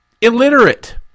illiterate